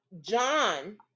John